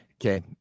Okay